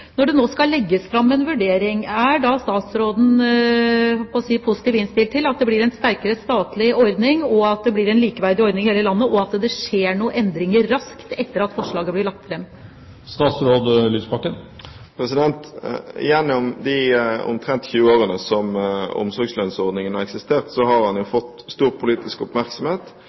Når det nå skal legges fram en vurdering, er da statsråden positivt innstilt til at det blir en sterkere statlig ordning, at det blir en likeverdig ordning i hele landet, og at det skjer noen endringer raskt etter at forslaget er blitt lagt fram? Gjennom de omtrent 20 årene som omsorgslønnsordningen har eksistert, har den fått stor politisk oppmerksomhet.